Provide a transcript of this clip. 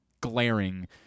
glaring